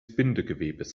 bindegewebes